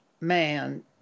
man